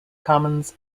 commons